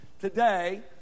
today